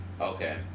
Okay